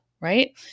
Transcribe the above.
right